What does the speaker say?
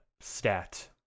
stat